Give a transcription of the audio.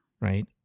Right